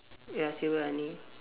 ya silver lining